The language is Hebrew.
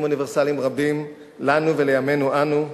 אוניברסליים רבים לנו ולימינו אנו.